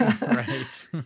Right